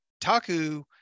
Taku